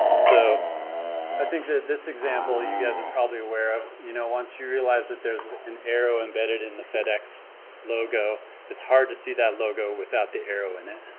so i think that this example you guys are probably aware of, you know once you realize that there's an arrow embedded in the fedex logo it's hard to see that logo without the arrow in it